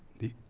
the